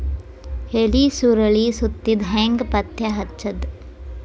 ಎಲಿ ಸುರಳಿ ಸುತ್ತಿದ್ ಹೆಂಗ್ ಪತ್ತೆ ಹಚ್ಚದ?